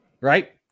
right